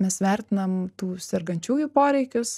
mes vertinam tų sergančiųjų poreikius